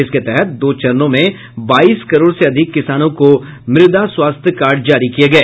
इसके तहत दो चरणों में बाईस करोड़ से अधिक किसानों को मुदा स्वास्थ्य कार्ड जारी किए गए